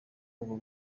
ubwo